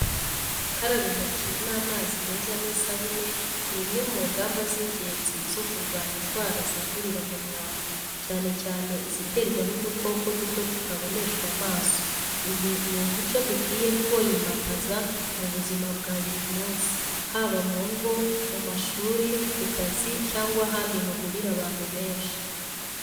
Gukaraba intoki n’amazi meza n’isabune ni imwe mu ngamba z’ingenzi zo kurwanya indwara zandurira mu mwanda, cyane cyane iziterwa n’udukoko duto tutaboneshwa amaso. Uyu ni umuco dukwiye kwimakaza mu buzima bwa buri munsi, haba mu ngo, mu mashuri, ku kazi, cyangwa ahandi hahurira abantu benshi.